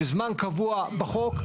זמן קבוע בחוק.